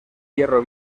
hierro